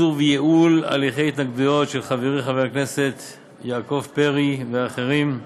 קיצור וייעול הליכי התנגדויות) של חברי חבר הכנסת יעקב פרי ואחרים.